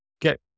get